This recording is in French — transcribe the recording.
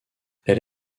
elle